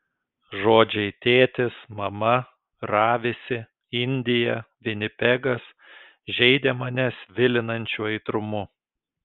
žodžiai tėtis mama ravisi indija vinipegas žeidė mane svilinančiu aitrumu